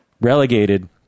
relegated